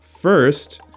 first